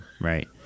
right